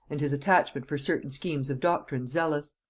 and his attachment for certain schemes of doctrine, zealous.